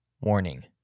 Warning